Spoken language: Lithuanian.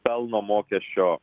pelno mokesčio